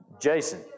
Jason